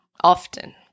Often